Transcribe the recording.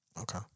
Okay